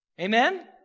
Amen